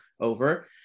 over